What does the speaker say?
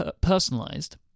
personalized